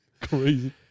Crazy